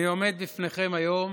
אני עומד לפניכם היום